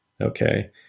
Okay